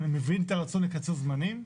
אני מבין את הרצון לקצר זמנים,